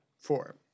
Four